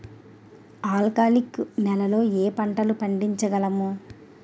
ఆల్కాలిక్ నెలలో ఏ పంటలు పండించగలము?